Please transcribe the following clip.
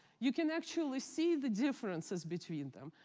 you can actually see the differences between them,